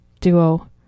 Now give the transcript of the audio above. duo